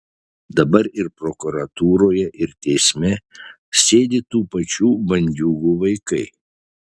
dabar ir prokuratūroje ir teisme sėdi tų pačių bandiūgų vaikai